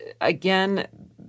again